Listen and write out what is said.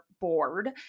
board